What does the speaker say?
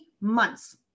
months